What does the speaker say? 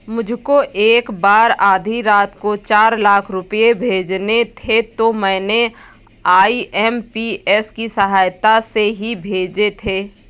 मुझको एक बार आधी रात को चार लाख रुपए भेजने थे तो मैंने आई.एम.पी.एस की सहायता से ही भेजे थे